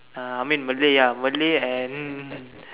uh I mean Malay ah Malay and